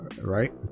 right